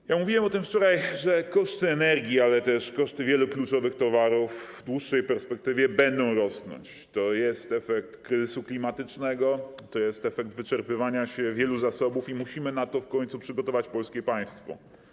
Wczoraj mówiłem o tym, że koszty energii, ale też koszty wielu kluczowych towarów w dłuższej perspektywie będą rosnąć - to jest efekt kryzysu klimatycznego, to jest efekt wyczerpywania się wielu zasobów - i musimy na to w końcu przygotować polskie państwo.